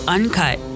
Uncut